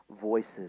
voices